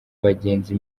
bagenzi